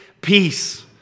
peace